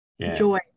joy